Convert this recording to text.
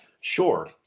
Sure